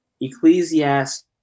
Ecclesiastes